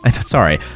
sorry